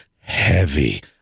heavy